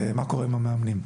ומה קורה עם המאמנים.